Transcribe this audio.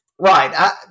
Right